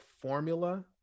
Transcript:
formula